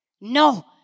No